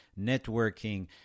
networking